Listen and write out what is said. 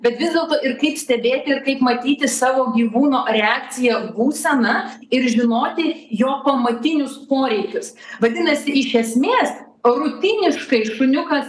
bet vis dėlto ir kaip stebėti ir kaip matyti savo gyvūno reakciją būseną ir žinoti jo pamatinius poreikius vadinasi iš esmės rutiniškai šuniukas